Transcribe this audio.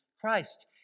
Christ